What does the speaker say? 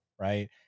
right